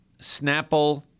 Snapple